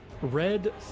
Red